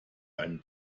einen